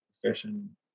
profession